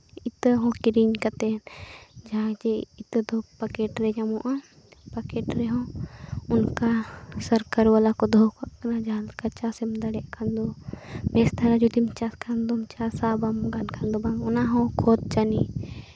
ᱤᱛᱟᱹ ᱦᱚᱸ ᱠᱤᱨᱤᱧ ᱠᱟᱛᱮ ᱡᱟᱦᱟᱸᱭ ᱡᱮ ᱤᱛᱟᱹ ᱫᱚ ᱯᱮᱠᱮᱴ ᱨᱮ ᱧᱟᱢᱚᱜᱼᱟ ᱯᱮᱠᱮᱴ ᱨᱮᱦᱚᱸ ᱚᱱᱠᱟ ᱥᱚᱨᱠᱟᱨ ᱵᱟᱞᱟ ᱠᱚ ᱫᱚᱦᱚ ᱠᱟᱜ ᱠᱟᱱᱟ ᱡᱟᱦᱟᱸ ᱞᱮᱠᱟ ᱪᱟᱥ ᱮᱢ ᱫᱟᱲᱮᱭᱟᱜ ᱠᱷᱟᱱ ᱫᱚ ᱵᱮᱥ ᱫᱷᱟᱨᱟ ᱡᱩᱫᱤᱢ ᱪᱟᱥ ᱠᱷᱟᱱ ᱫᱚᱢ ᱪᱟᱥᱟ ᱵᱟᱢ ᱜᱟᱱ ᱠᱷᱟᱱ ᱫᱚ ᱵᱟᱝ ᱚᱱᱟ ᱦᱚᱸ ᱠᱷᱚᱛ ᱡᱟᱹᱱᱤᱡ